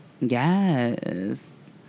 Yes